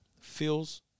feels